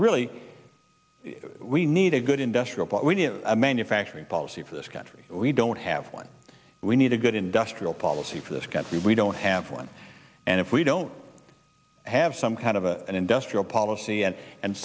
really we need a good industrial but we do a manufacturing policy for this country we don't have one we need a good industrial policy for this country we don't have one and if we don't have some kind of a an industrial policy and and